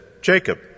Jacob